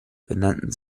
benannten